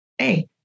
Hey